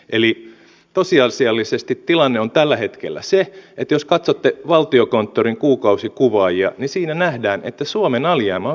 eli tosiasiallisesti tilanne on tällä hetkellä se että jos katsotte valtiokonttorin kuukausikuvaajia niin siinä nähdään se suomen alijäämä on supistunut